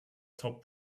top